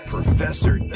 Professor